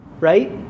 Right